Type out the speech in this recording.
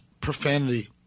profanity